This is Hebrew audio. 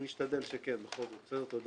אני אשתדל שכן בכל זאת.